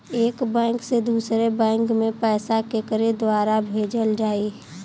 एक बैंक से दूसरे बैंक मे पैसा केकरे द्वारा भेजल जाई?